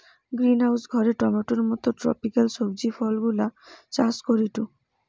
greenhouse ঘরে টমেটোর মত ট্রপিকাল সবজি ফলগুলা চাষ করিটু